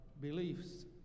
beliefs